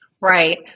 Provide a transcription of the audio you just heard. Right